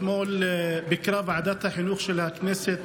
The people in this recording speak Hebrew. אתמול ביקרה ועדת החינוך של הכנסת